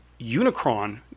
Unicron